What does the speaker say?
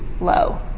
low